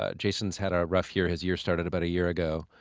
ah jason's had a rough year. his year started about a year ago,